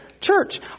church